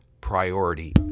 Priority